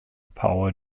power